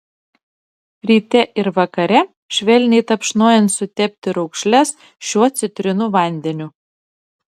ryte ir vakare švelniai tapšnojant sutepti raukšles šiuo citrinų vandeniu